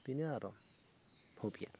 बेनो आरो हबिया